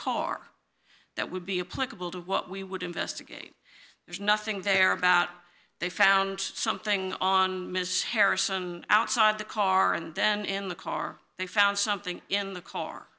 car that would be a political what we would investigate there's nothing there about they found something on harrison outside the car and then in the car they found something in the car